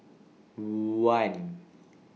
one